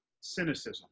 cynicism